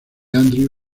andrew